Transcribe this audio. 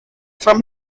from